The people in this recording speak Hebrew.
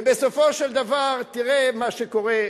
ובסופו של דבר תראה מה שקורה,